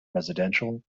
residential